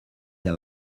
they